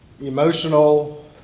emotional